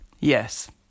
Yes